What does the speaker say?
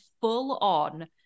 full-on